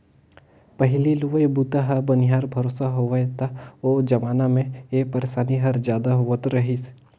पहिली लुवई बूता ह बनिहार भरोसा होवय त ओ जमाना मे ए परसानी हर जादा होवत रही